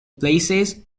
places